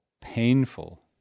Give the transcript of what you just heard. painful